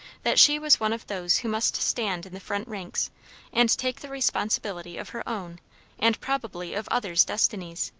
that she was one of those who must stand in the front ranks and take the responsibility of her own and probably of others' destinies.